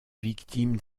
victime